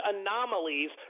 anomalies